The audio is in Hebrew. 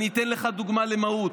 ואני אתן לך דוגמה למהות.